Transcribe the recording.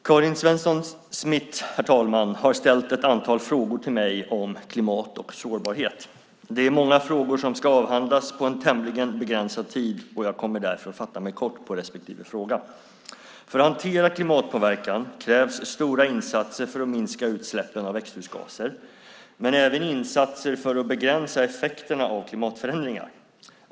Herr talman! Karin Svensson Smith har ställt ett antal frågor till mig om klimat och sårbarhet. Det är många frågor som ska avhandlas på en tämligen begränsad tid, och jag kommer därför att fatta mig kort på respektive fråga. För att hantera klimatpåverkan krävs stora insatser för att minska utsläppen av växthusgaser, men även insatser för att begränsa effekterna av klimatförändringar.